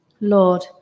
Lord